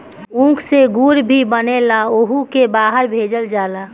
ऊख से गुड़ भी बनेला ओहुके बहरा भेजल जाला